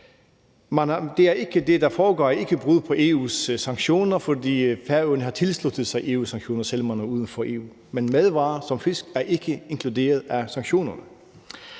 der foregår, er ikke brud på EU's sanktioner, for Færøerne har tilsluttet sig EU's sanktioner, selv om man står uden for EU, men madvarer som fisk er ikke omfattet af sanktionerne.